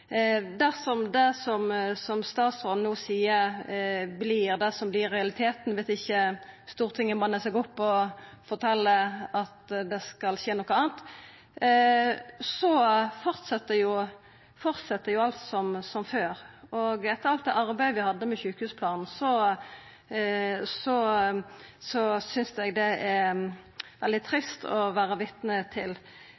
Dersom det statsråden no seier, vert realiteten – viss ikkje Stortinget mannar seg opp og fortel at det skal skje noko anna – så fortset jo alt som før, og etter alt det arbeidet vi hadde med sjukehusplanen, synest eg det er veldig